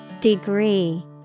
Degree